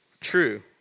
true